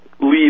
leave